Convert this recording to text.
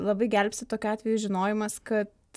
labai gelbsti tokiu atveju žinojimas kad